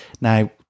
Now